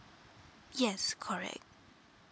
yes correct